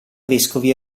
vescovi